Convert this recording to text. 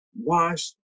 wash